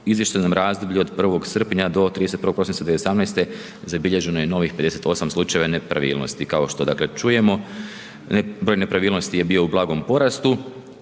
izvještajnom razdoblju od 1. srpnja do 31. prosinca 2018. zabilježeno je novih 58 slučajeva nepravilnosti, kao što dakle čujemo. Broj nepravilnosti je bio u blagom porastu,